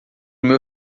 meu